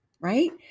right